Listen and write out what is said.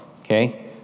okay